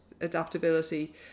adaptability